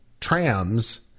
trams